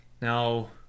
Now